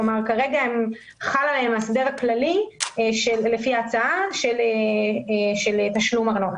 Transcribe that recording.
כרגע חל עליהם ההסדר הכללי של תשלום ארנונה.